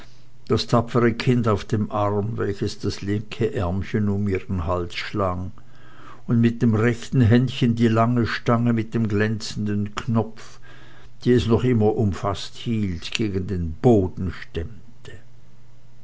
das tapfere kind auf dem arm welches das linke ärmchen um ihren hals schlang und mit dem rechten händchen die lange stange mit dem glänzenden knopf die es noch immer umfaßt hielt gegen den boden stemmte